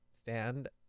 stand